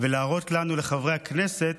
ולהראות לנו, לחברי הכנסת,